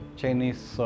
Chinese